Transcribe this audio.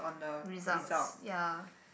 results ya